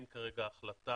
ואין כרגע החלטה,